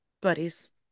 buddies